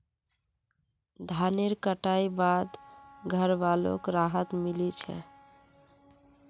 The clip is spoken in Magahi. धानेर कटाई बाद घरवालोक राहत मिली छे